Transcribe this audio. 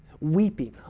weeping